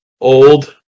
old